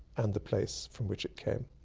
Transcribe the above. and the place from which it came.